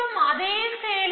இதன் அடிப்படை யோசனைகள் யாவை